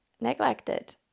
neglected